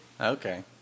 Okay